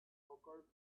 occurred